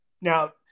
Now